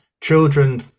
Children